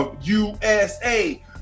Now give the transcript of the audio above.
usa